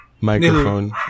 microphone